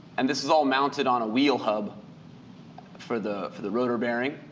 and this is all mounted on a wheel hub for the for the rotor bearing.